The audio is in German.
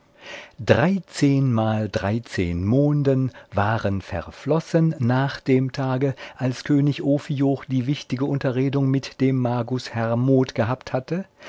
dreizehnmal dreizehn monden waren verflossen nach dem tage als könig ophioch die wichtige unterredung mit dem magus hermod gehabt hatte